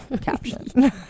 caption